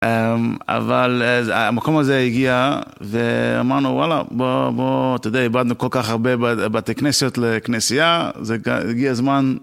אבל המקום הזה הגיע, ואמרנו וואלה, בוא, בוא, אתה יודע, איבדנו כל כך הרבה בתי כנסיות לכנסייה, זה גם, הגיע זמן.